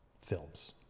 films